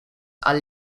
are